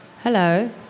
Hello